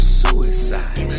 suicide